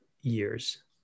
years